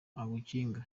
agukinga